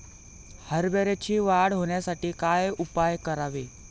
हरभऱ्याची वाढ होण्यासाठी काय उपाय करावे?